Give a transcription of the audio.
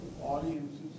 audiences